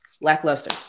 lackluster